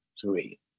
three